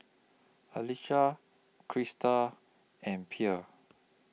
Alecia Crystal and Pierre